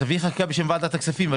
תביא חקיקה בשם ועדת הכספים.